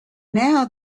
now